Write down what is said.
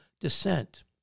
dissent